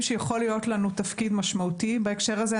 שיכול להיות לנו תפקיד משמעותי בהקשר הזה.